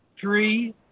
three